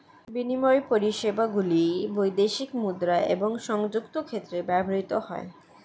বিনিময় পরিষেবাগুলি বৈদেশিক মুদ্রা এবং সংযুক্ত ক্ষেত্রে ব্যবহৃত হয়